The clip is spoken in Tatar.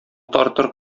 тартыр